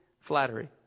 flattery